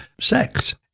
sex